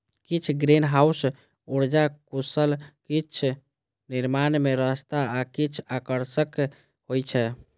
किछु ग्रीनहाउस उर्जा कुशल, किछु निर्माण मे सस्ता आ किछु आकर्षक होइ छै